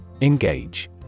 Engage